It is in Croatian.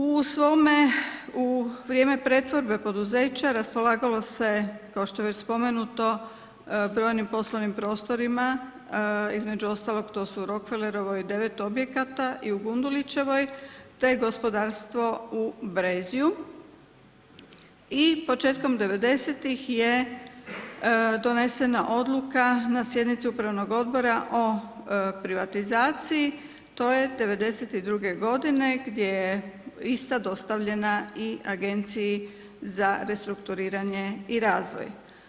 U svome, u vrijeme pretvorbe poduzeća raspolagalo se, kao što je već spomenuto, brojnim poslovnim prostorima, između ostalog to su u Rockfellerovoj 9 objekata i u Gundulićevoj, te gospodarstvo u Brezju i početkom '90.ih je donesena odluka na sjednici Upravnog odbora o privatizaciji, to je 92.godine gdje je ista dostavljena i Agenciji za restrukturiranje i razvoj.